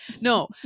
no